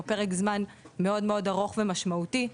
או פרק זמן מאוד ארוך ומשמעותי.